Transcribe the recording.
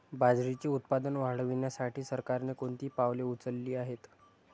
बाजरीचे उत्पादन वाढविण्यासाठी सरकारने कोणती पावले उचलली आहेत?